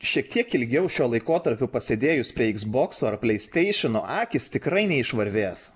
šiek tiek ilgiau šiuo laikotarpiu pasėdėjus prie iks bokso ar pleisteišano akys tikrai neišvarvės